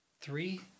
three